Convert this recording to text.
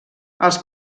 als